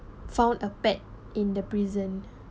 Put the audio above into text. found a pet in the prison